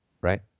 right